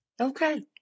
Okay